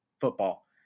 football